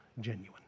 genuine